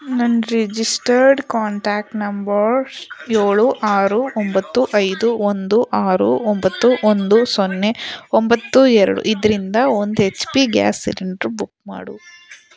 ನನ್ನ registered contact numbers ಏಳು ಆರು ಒಂಬತ್ತು ಐದು ಒಂದು ಆರು ಒಂಬತ್ತು ಒಂದು ಸೊನ್ನೆ ಒಂಬತ್ತು ಎರಡು ಇದರಿಂದ ಒಂದು H P gas cylinder book ಮಾಡು